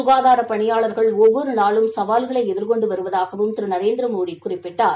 சுகாதார பணியாளர்கள் ஒவ்வொரு நாளும் சவால்களை எதிர்கொண்டு வருவதாகவும் திரு நரேந்திரமோடி குறிப்பிட்டார்